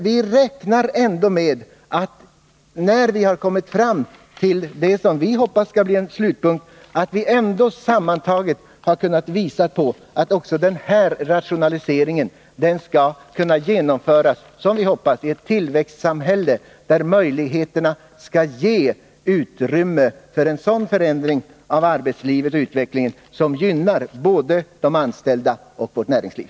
Vi räknar ändå med att vi när vi har kommit fram till vad vi hoppas skall bli ett slutbetänkande kan visa att också denna förändring skall kunna genomföras i ett samhälle där det ges utrymme för en sådan förändring av arbetslivet att det gynnar såväl de anställda som vårt näringsliv.